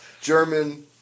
German